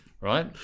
Right